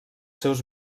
seus